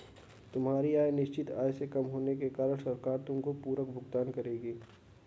तुम्हारी आय निश्चित आय से कम होने के कारण सरकार तुमको पूरक भुगतान करेगी